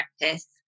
practice